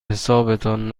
حسابتان